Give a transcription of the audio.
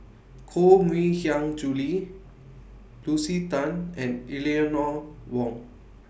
Koh Mui Hiang Julie Lucy Tan and Eleanor Wong